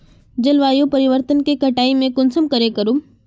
जलवायु परिवर्तन के कटाई में कुंसम करे करूम?